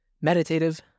meditative